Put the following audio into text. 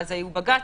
ואז היו בג"צים,